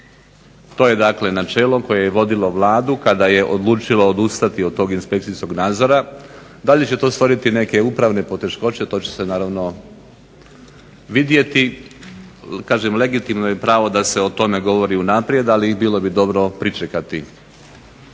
To je dakle načelo koje je vodilo Vladu kada je odlučila odustati od tog inspekcijskog nadzora. Da li će to stvoriti neke upravne poteškoće to će se naravno vidjeti. Kažem legitimno je pravo da se o tome govori unaprijed ali bilo bi dobro pričekati